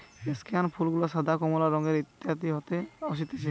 স্কেয়ান ফুল গুলা সাদা, কমলা রঙের হাইতি থেকে অসতিছে